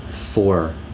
four